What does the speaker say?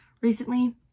recently